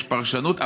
יש פרשנות,